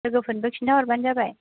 लोगोफोरनोबो खिन्था हरबानो जाबाय